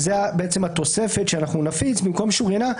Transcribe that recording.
והתוספת שנפיץ במקום "שוריינה",